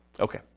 Okay